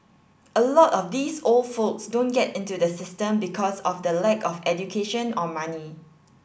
a lot of these old folks don't get into the system because of the lack of education or money